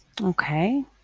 Okay